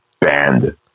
banned